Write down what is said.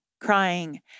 crying